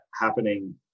happening